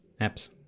apps